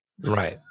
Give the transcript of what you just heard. Right